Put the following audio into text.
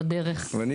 חשוב,